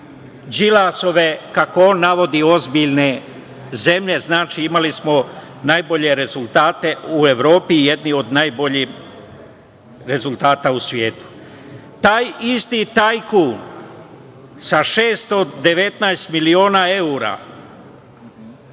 Đilasove, kako on navodi „ozbiljne zemlje“, znači imali smo najbolje rezultate u Evrope, jedne od najboljih rezultata u svetu. Taj isti tajkun sa 619 miliona evra,